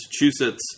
Massachusetts